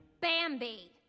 Bambi